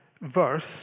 verse